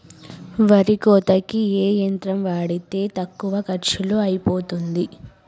వరి కోతకి ఏ యంత్రం వాడితే తక్కువ ఖర్చులో అయిపోతుంది?